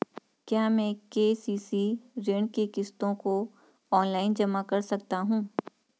क्या मैं के.सी.सी ऋण की किश्तों को ऑनलाइन जमा कर सकता हूँ?